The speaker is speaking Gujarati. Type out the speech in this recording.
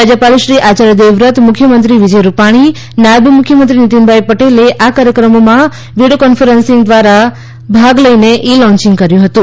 રાજ્યપાલ શ્રી આયાર્ય દેવવ્રત મુખ્યમંત્રી વિજયરૂપાણી નાયબ મુખ્યમંત્રી નીતિનભાઇ પોલે આ કાર્યક્રમોમાં ગાંધીનગરથી વિડીયો કોન્ફરન્સ દ્વારા સહભાગી થઇને ઇ લોન્યીંગ કર્યુ હતું